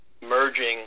merging